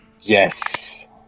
Yes